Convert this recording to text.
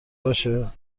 باشه